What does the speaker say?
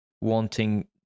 wanting